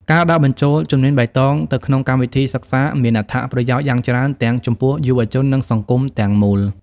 ការដាក់បញ្ចូលជំនាញបៃតងទៅក្នុងកម្មវិធីសិក្សាមានអត្ថប្រយោជន៍យ៉ាងច្រើនទាំងចំពោះយុវជននិងសង្គមទាំងមូល។